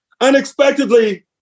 Unexpectedly